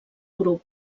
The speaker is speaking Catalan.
grup